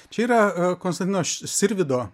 čia yra konstantino sirvydo